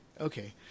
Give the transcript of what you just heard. Okay